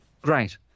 great